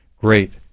great